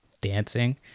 dancing